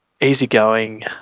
easygoing